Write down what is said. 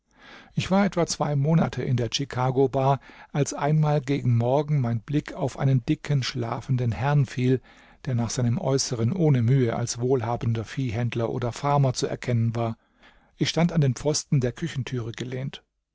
ich war etwa zwei monate in der chicago bar als einmal gegen morgen mein blick auf einen dicken schlafenden herrn fiel der nach seinem äußeren ohne mühe als wohlhabender viehhändler oder farmer zu erkennen war ich stand an den pfosten der küchentüre gelehnt